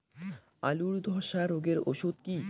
আলুর ধসা রোগের ওষুধ কি?